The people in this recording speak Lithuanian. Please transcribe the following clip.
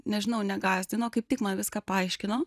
nežinau negąsdino kaip tik man viską paaiškino